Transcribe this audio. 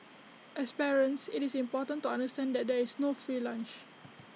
as parents IT is important to understand that there is no free lunch